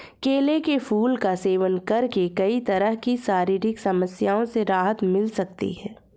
केले के फूल का सेवन करके कई तरह की शारीरिक समस्याओं से राहत मिल सकती है